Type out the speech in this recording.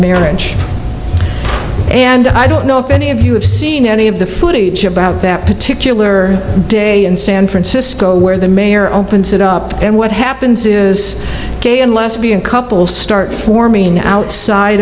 marriage and i don't know if any of you have seen any of the footage each about that particular day in san francisco where the mayor opens it up and what happens is gay and lesbian couples start forming outside